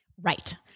right